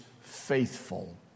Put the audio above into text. faithful